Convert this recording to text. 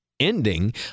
ending